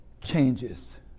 changes